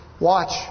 Watch